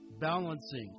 balancing